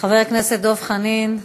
חבר הכנסת דב חנין.